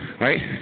Right